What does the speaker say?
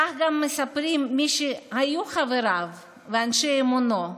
כך גם מספרים מי שהיו חבריו ואנשי אמונו,